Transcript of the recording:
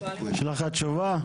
יש לך תשובה?